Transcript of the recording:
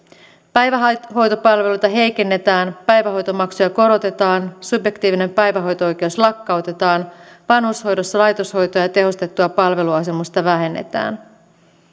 päivähoitopalveluita heikennetään päivähoitomaksuja korotetaan subjektiivinen päivähoito oikeus lakkautetaan vanhushoidossa laitoshoitoa ja tehostettua palveluasumista vähennetään